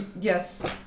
Yes